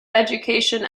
education